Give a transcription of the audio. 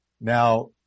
Now